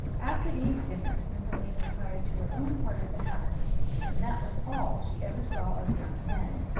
after these dinners, miss elaine retired to her own part of the house and that was all she ever saw of young men,